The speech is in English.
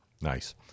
Nice